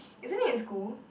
isn't it in school